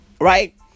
right